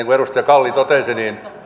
kuin edustaja kalli totesi